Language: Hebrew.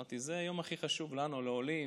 אמרתי: זה היום הכי חשוב לנו, לעולים.